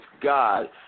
God